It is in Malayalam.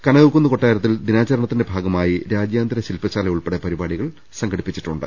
കനകക്കുന്ന് കൊട്ടാരത്തിൽ ദിനാചരണത്തിന്റെ ഭാഗമായി രാജ്യാന്തര ശിൽപശാല ഉൾപ്പെടെ പരി പാടികൾ സംഘടിപ്പിച്ചിട്ടുണ്ട്